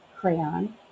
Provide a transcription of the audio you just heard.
crayon